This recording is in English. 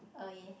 oh ya